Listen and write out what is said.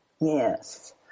Yes